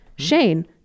Shane